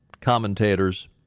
commentators